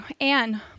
Anne